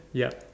ya